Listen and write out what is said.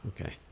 Okay